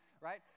right